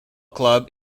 club